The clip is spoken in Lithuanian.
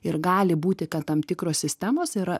ir gali būti kad tam tikros sistemos yra